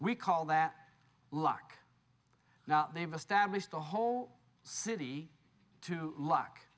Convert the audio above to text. we call that luck now they've established a whole city to luck